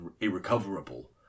irrecoverable